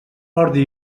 ordi